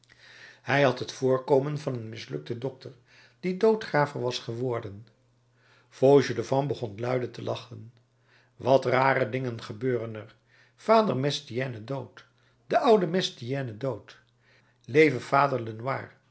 hij had het voorkomen van een mislukten dokter die doodgraver was geworden fauchelevent begon luide te lachen wat rare dingen gebeuren er vader mestienne dood de oude mestienne dood leve